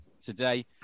today